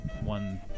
one